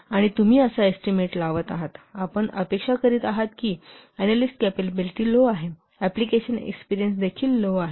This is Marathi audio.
आणि तुम्ही असा एस्टीमेट लावत आहात आपण अपेक्षा करीत आहात की अनॅलिस्ट कॅपॅबिलिटी लो आहे अप्लिकेशन एक्सपेरियन्स देखील लो आहे